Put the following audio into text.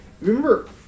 remember